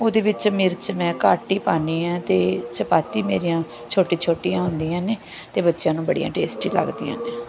ਉਹਦੇ ਵਿੱਚ ਮਿਰਚ ਮੈਂ ਘੱਟ ਹੀ ਪਾਉਂਦੀ ਹਾਂ ਅਤੇ ਚਪਾਤੀ ਮੇਰੀਆਂ ਛੋਟੀਆਂ ਛੋਟੀਆਂ ਹੁੰਦੀਆਂ ਨੇ ਅਤੇ ਬੱਚਿਆਂ ਨੂੰ ਬੜੀਆਂ ਟੇਸਟੀ ਲੱਗਦੀਆਂ ਨੇ